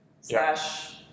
slash